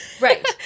Right